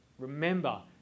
Remember